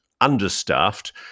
understaffed